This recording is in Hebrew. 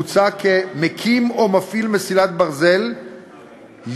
מוצע כי מקים או מפעיל מסילת ברזל יהיו